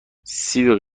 سیب